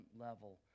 level